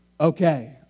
Okay